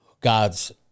God's